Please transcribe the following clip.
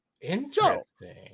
Interesting